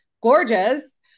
gorgeous